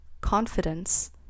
Confidence